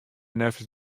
neffens